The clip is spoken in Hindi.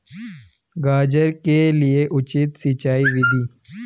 गाजर के लिए उचित सिंचाई विधि?